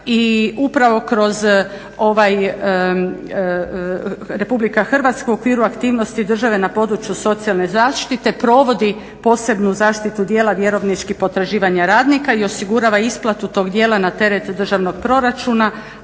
upravo kroz ovaj, RH u okviru aktivnosti države na području socijalne zaštite provodi posebnu zaštitu dijela vjerovničkih potraživanja radnika i osigurava isplatu tog dijela na teret državnog proračuna,